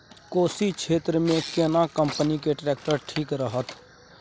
कोशी क्षेत्र मे केना कंपनी के ट्रैक्टर ठीक रहत?